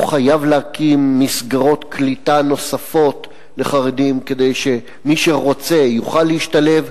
הוא חייב להקים מסגרות קליטה נוספות לחרדים כדי שמי שרוצה יוכל להשתלב,